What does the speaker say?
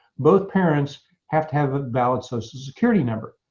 both parents have to have a valid social security number.